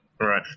Right